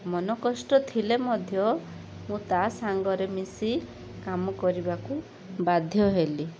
ମନ କଷ୍ଟ ଥିଲେ ମଧ୍ୟ ମୁଁ ତା' ସାଙ୍ଗରେ ମିଶି କାମ କରିବାକୁ ବାଧ୍ୟ ହେଲି